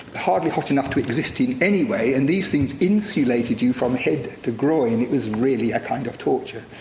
hardly hot enough to exist in anyway, and these things insulated you from head to groin. it was really a kind of torture.